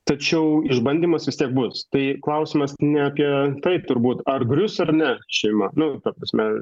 tačiau išbandymas vis tiek bus tai klausimas ne apie taip turbūt ar grius ar ne šeima nu ta prasme